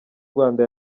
rwanda